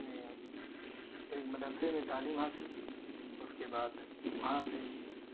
نے ایک مدرسے میں تعلیم حاصل کی اس کے بعد وہاں سے